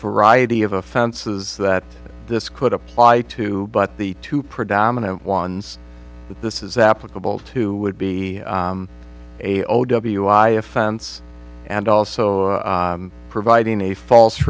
variety of offenses that this could apply to but the two predominant ones that this is applicable to would be a o w i offense and also providing a false